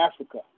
Africa